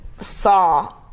saw